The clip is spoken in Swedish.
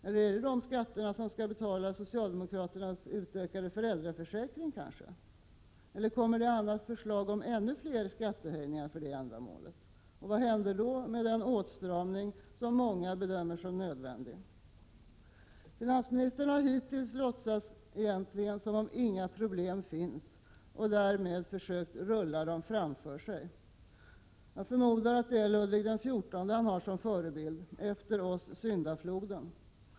Eller är det dessa skatter som skall betala socialdemokraternas utökade föräldraförsäkring? Skall det komma andra förslag till ännu fler skattehöjningar för detta ändamål? Vad händer då med den åtstramning som många bedömer som nödvändig? Finansministern har egentligen hittills låtsats som om inga problem finns, och därmed försökt rulla dem framför sig. Jag förmodar att det är Ludvig XV han har som förebild — ”efter oss syndafloden”.